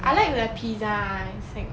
I like the pizza I think